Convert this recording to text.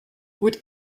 would